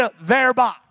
thereby